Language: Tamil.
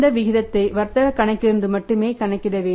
விகிதத்தை வர்த்தக கணக்கிலிருந்து மட்டுமே கணக்கிட வேண்டும்